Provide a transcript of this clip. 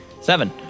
Seven